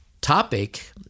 topic